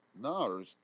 No